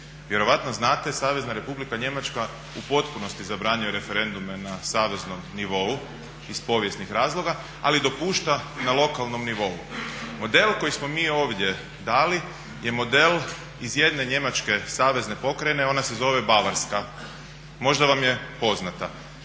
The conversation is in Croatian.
Vjerojatno znate Savezna Republika Njemačka u potpunosti zabranjuje referendume na saveznom nivou iz povijesnih razloga ali dopušta na lokalnom nivou. Model koji smo mi ovdje dali je model iz jedne njemačke savezne pokrajine ona se zove Bavarska. Možda vam je poznat.